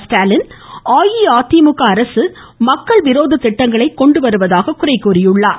ஸ்டாலின் அஇஅதிமுக அரசு மக்கள் விரோத திட்டங்களை கொண்டு வருவதாக குறை கூறினார்